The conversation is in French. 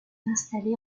installé